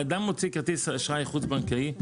אדם מוציא כרטיס אשראי חוץ בנקאי,